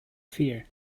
fear